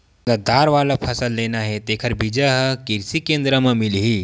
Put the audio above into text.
जेन ल दार वाला फसल लेना हे तेखर बीजा ह किरसी केंद्र म मिलही